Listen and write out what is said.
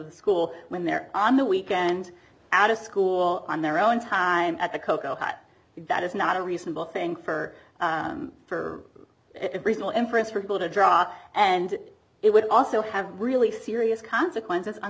ve school when they're on the weekend out of school on their own time at the cocoa nut that is not a reasonable thing for for a reasonable inference for people to draw and it would also have really serious consequences on